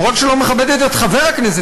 לא רק שלא מכבדת את חבר הכנסת,